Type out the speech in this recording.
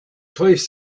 placed